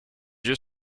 yeux